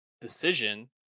decision